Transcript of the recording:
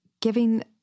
giving